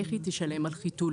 איך היא תשלם על חיתולים,